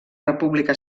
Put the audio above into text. república